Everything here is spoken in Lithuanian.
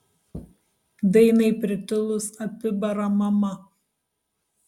dainai pritilus apibara mama